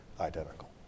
identical